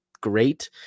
great